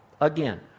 Again